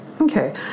okay